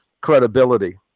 credibility